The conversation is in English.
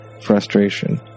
frustration